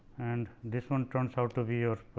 and this one turns out to be your